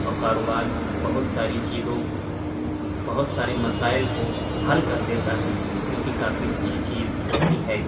اور کاروبار بہت ساری چیزوں بہت سارے مسائل کو حل کر دیتا ہے جو کہ کافی اچھی چیز ہوتی ہے